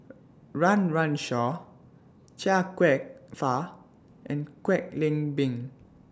Run Run Shaw Chia Kwek Fah and Kwek Leng Beng